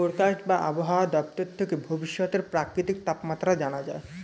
forecast বা আবহাওয়া দপ্তর থেকে ভবিষ্যতের প্রাকৃতিক তাপমাত্রা জানা যায়